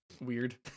weird